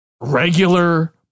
regular